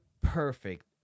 perfect